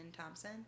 Thompson